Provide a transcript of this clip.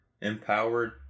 empowered